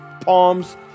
Palms